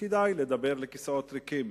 כדאי לדבר לכיסאות ריקים.